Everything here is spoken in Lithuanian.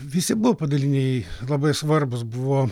visi buvo padaliniai labai svarbūs buvo